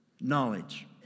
knowledge